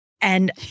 And-